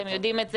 אתם יודעים את זה.